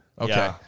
Okay